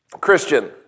Christian